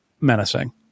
menacing